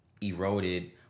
eroded